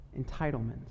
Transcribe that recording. entitlements